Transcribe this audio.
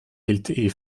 lte